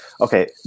okay